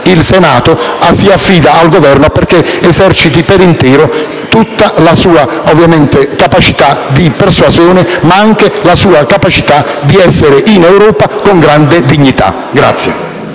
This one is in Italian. particolare, affida al Governo affinché eserciti per intero la sua capacità di persuasione, ma anche la sua capacità di essere in Europa con grande dignità.